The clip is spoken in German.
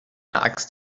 axt